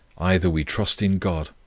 either we trust in god,